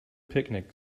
picnic